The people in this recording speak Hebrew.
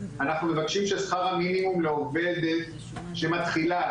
אנחנו מבקשים ששכר המינימום לעובדת שמתחילה,